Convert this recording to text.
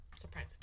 Surprise